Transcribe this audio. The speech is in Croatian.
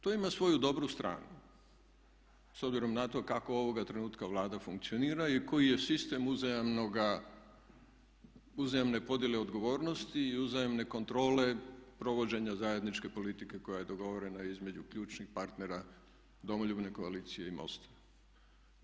To ima svoju dobru stranu s obzirom na to kako ovoga trenutka Vlada funkcionira i koji je sistem uzajamne podjele odgovornosti i uzajamne kontrole provođenja zajedničke politike koja je dogovorena između ključnih partnera Domoljubne koalicije i MOST-a.